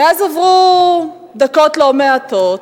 מאז עברו דקות לא מעטות